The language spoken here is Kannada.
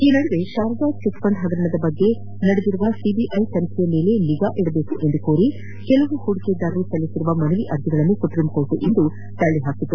ಈ ನಡುವೆ ಶಾರಾದಾ ಚಿಟ್ಫಂಡ್ ಹಗರಣದ ಬಗ್ಗೆ ನಡೆದಿರುವ ಸಿಬಿಐ ತನಿಖೆಯ ಮೇಲೆ ನಿಗಾ ಇಡಬೇಕೆಂದು ಕೋರಿ ಕೆಲವು ಹೂಡಿಕೆದಾರರು ಸಲ್ಲಿಸಿದ ಮನವಿ ಅರ್ಜಿಗಳನ್ನು ಸುಪ್ರೀಂಕೋರ್ಟ್ ಇಂದು ತಲ್ಲಿ ಹಾಕಿದೆ